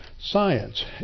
science